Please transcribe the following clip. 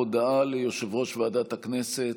הודעה ליושב-ראש ועדת הכנסת,